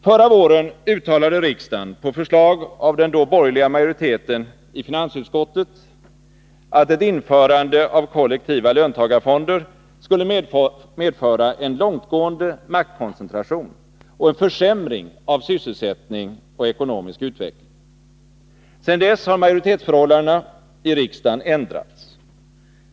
Förra våren uttalade riksdagen på förslag av den då borgerliga majoriteten i finansutskottet, att ett införande av kollektiva löntagarfonder skulle medföra en långtgående maktkoncentration och en försämring av sysselsättning och ekonomisk utveckling. Sedan dess har majoritetsförhållandena i riksdagen ändrats.